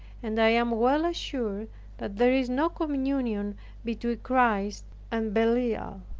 and i am well assured that there is no communion between christ and belial.